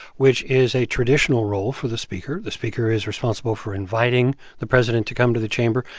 which is a traditional role for the speaker. the speaker is responsible for inviting the president to come to the chamber.